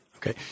Okay